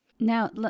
Now